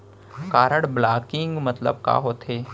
Card blocking मतलब का होथे?